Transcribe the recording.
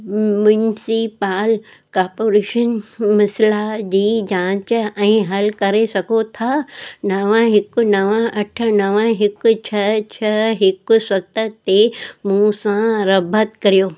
municipal corporation मसइला जी जांच ऐं हल करे सघे था नव हिकु नव अठ नव हिकु छह छह हिकु सत ते मूं सां रब्बत कर्यो